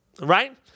right